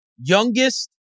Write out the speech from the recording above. youngest